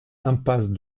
impasse